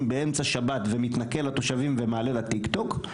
באמצע שבת ומתנכל לתושבים ומעלה לטיק-טוק.